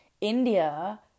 India